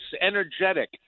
energetic